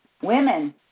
women